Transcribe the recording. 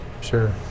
Sure